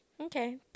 okay